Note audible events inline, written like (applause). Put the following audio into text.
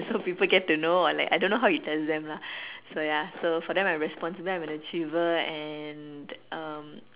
so people get to know or like I don't know how he tells them lah (breath) so ya so for them I'm responsible and I'm an achiever and um